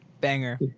banger